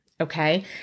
Okay